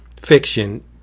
fiction